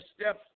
steps